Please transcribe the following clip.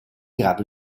grado